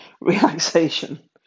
relaxation